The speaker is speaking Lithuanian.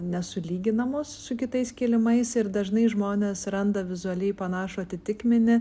nesulyginamos su kitais kilimais ir dažnai žmonės randa vizualiai panašų atitikmenį